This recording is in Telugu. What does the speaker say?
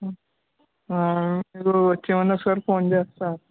మీరు వచ్చే ముందు ఒకసారి ఫోన్ చేస్తాను